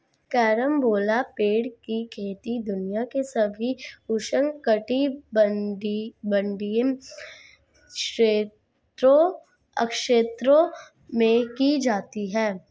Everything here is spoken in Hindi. कैरम्बोला पेड़ की खेती दुनिया के सभी उष्णकटिबंधीय क्षेत्रों में की जाती है